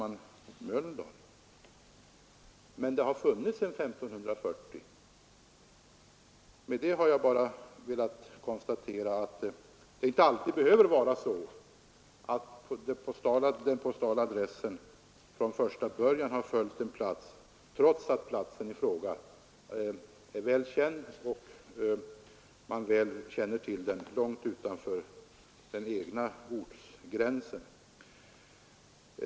Men namnet har alltså funnits sedan 1540. Med detta har jag bara velat konstatera att det inte alltid behöver vara så att den postala adressen från första början har följt en plats, trots att platsen i fråga är väl känd långt utanför den egna ortsgränsen.